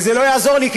וזה לא יעזור לי,